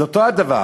זה אותו הדבר.